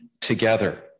together